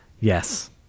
Yes